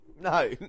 no